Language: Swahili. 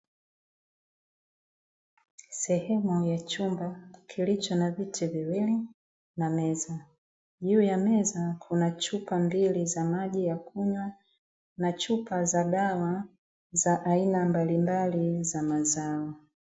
Sehemu ya chumba kilicho na viti viwili na meza. Juu ya meza kuna chupa mbili za maji ya kunywa na chupa za dawa, za aina mbalimbali za mazao.